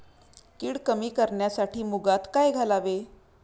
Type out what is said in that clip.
कीड कमी करण्यासाठी मुगात काय घालावे?